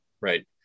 right